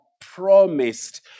promised